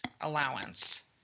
allowance